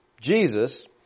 Jesus